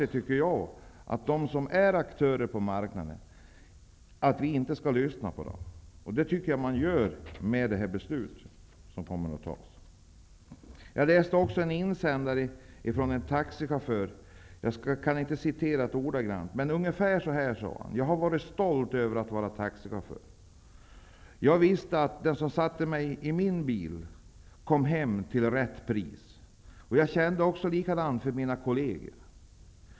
Jag tycker att det vore konstigt om vi inte skulle lyssna till dem som är aktörer på marknaden. Det gör man i och med det beslut som kommer att fattas. Jag har också läst en insändare från en taxichaufför. Han sade ungefär så här: Jag har varit stolt över att vara taxichaufför. Jag visste att den som satte sig i min bil kom hem till rätt pris. Jag kände också likadant för mina kolleger.